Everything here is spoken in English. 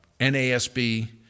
NASB